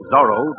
Zorro